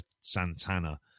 Santana